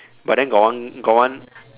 but then got one got one